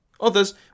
Others